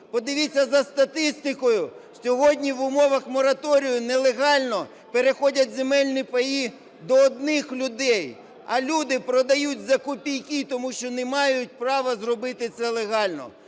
Подивіться за статистикою, сьогодні в умовах мораторію нелегально переходять земельні паї до одних людей, а люди продають за копійки, тому що не мають права зробити це легально.